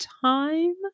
time